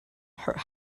her